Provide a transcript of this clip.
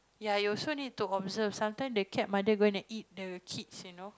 ya you also need to observe sometime the cat Mother gonna eat the kids you know